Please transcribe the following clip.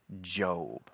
Job